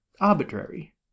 arbitrary